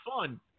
fun